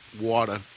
water